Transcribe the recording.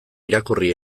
irakurri